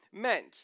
meant